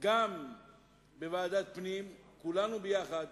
גם בוועדת הפנים נהיה כולנו ביחד,